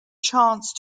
chance